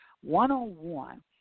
one-on-one